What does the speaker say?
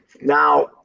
Now